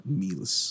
meals